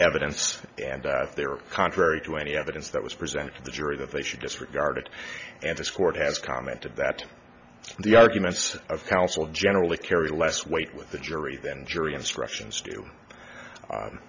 evidence and they were contrary to any evidence that was presented to the jury that they should disregard it and this court has commented that the arguments of counsel generally carry less weight with the jury than jury instructions do